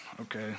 Okay